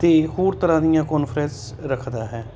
ਅਤੇ ਹੋਰ ਤਰ੍ਹਾਂ ਦੀਆਂ ਕਾਨਫਰਸ ਰੱਖਦਾ ਹੈ